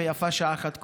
ויפה שעה אחת קודם.